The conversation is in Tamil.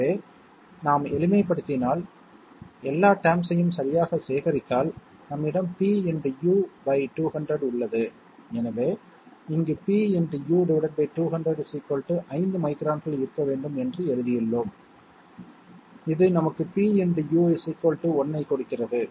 எனவே நாம் எளிமைப்படுத்தினால் எல்லா டெர்ம்ஸ் ஐயும் சரியாகச் சேகரித்தால் நம்மிடம் p × U 200 உள்ளது எனவே இங்கு p × U 200 5 மைக்ரான்கள் இருக்க வேண்டும் என்று எழுதியுள்ளோம் இது நமக்கு p × U 1 ஐக் கொடுக்கிறது